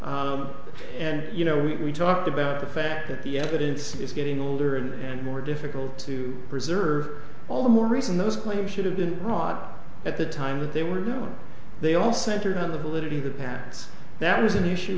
alive and you know we talked about the fact that the evidence is getting older and more difficult to preserve all the more reason those claims should have been brought at the time that they were they all centered on the validity of the packs that is an issue